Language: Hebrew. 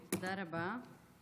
תודה רבה.